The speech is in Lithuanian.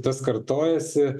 tas kartojasi